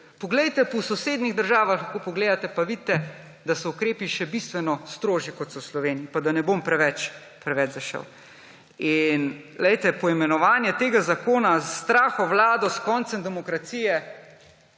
Poglejte po sosednjih državah, lahko pogledate pa vidite, da so ukrepi še bistveno strožji, kot so v Sloveniji. Da ne bom preveč zašel. Poimenovanje tega zakona s strahovlado, s koncem demokracije